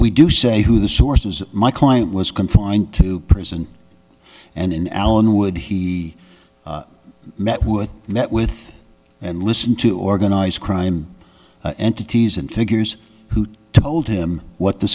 we do say who the source is my client was confined to prison and in allenwood he met with met with and listen to organized crime entities and figures who told him what the